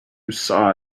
saw